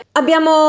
abbiamo